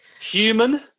Human